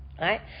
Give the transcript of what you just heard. right